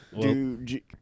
Dude